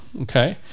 okay